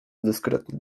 dyskretny